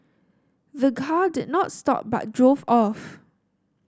the car did not stop but drove off